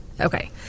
Okay